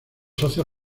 socios